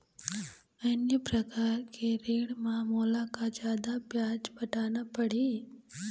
अन्य प्रकार के ऋण म मोला का जादा ब्याज पटाना पड़ही?